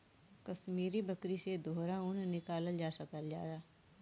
कसमीरी बकरी से दोहरा ऊन निकालल जा सकल जाला